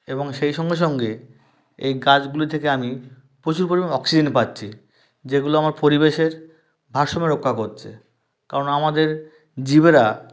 এবং সেই সঙ্গে সঙ্গে এই গাছগুলি থেকে আমি প্রচুর পরিমাণ অক্সিজেন পাচ্ছি যেগুলো আমার পরিবেশের ভারসাম্য রক্ষা করছে কারণ আমাদের জীবেরা